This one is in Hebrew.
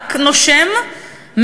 רק נושם,